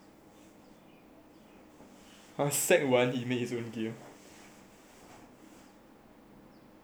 !huh! sec one he made his own game do you even remember what the game was about